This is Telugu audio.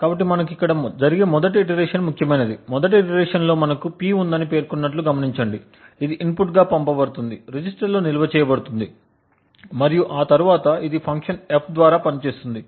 కాబట్టి మనకు ఇక్కడ జరిగే మొదటి ఇటరేషన్ ముఖ్యమైనది మొదటి ఇటరేషన్ లో మనకు P ఉందని పేర్కొన్నట్లు గమనించండి ఇది ఇన్పుట్ గా పంపబడుతుంది రిజిస్టర్ లో నిల్వ చేయబడుతుంది మరియు ఆ తరువాత ఇది ఈ ఫంక్షన్ F ద్వారా పనిచేస్తుంది